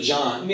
John